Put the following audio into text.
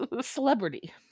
celebrity